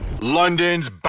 London's